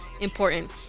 important